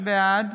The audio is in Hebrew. בעד